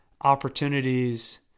opportunities